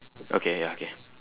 okay ya okay